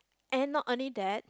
and not only that